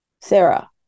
Sarah